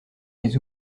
mes